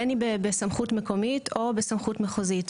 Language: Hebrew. בין אם בסמכות מקומית או בסמכות מחוזית.